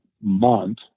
month